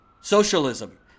socialism